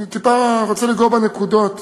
אני רוצה לגעת בנקודות